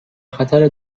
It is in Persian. خطر